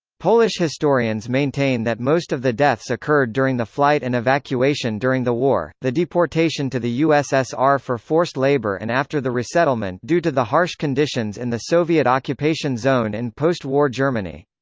polish historians maintain that most of the deaths occurred during the flight and evacuation during the war, the deportation to the u s s r. for forced labor and after the resettlement due to the harsh conditions in the soviet occupation zone in and post war germany.